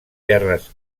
terres